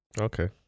Okay